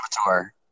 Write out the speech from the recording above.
Avatar